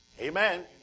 Amen